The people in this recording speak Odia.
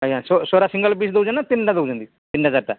ଆଜ୍ଞା ସେରା ସିଙ୍ଗଲ ପିସ୍ ଦେଉଛନ୍ତି ନା ତିନିଟା ଦେଉଛନ୍ତି ତିନିଟା ଚାରିଟା